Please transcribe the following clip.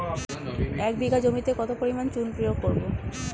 এক বিঘা জমিতে কত পরিমাণ চুন প্রয়োগ করব?